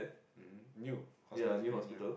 mmhmm new hospital is pretty new